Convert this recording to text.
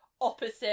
opposite